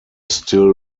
still